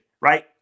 Right